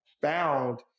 found